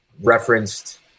referenced